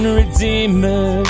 redeemer